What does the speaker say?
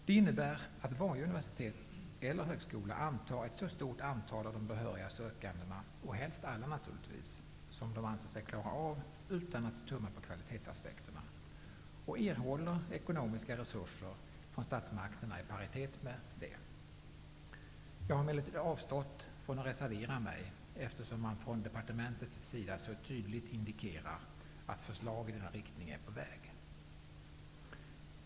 Det innebär att varje universitet eller högskola tar in ett så stort antal av de behöriga sökande -- helst alla naturligtvis -- som de anser sig klara av utan att tumma på kvalitetsaspekterna. De erhåller sedan ekonomiska resurser från statsmakterna i paritet med det. Jag har emellertid avstått från att reservera mig eftersom departementet så tydligt indikerar att förslag i den riktningen är på väg.